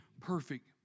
perfect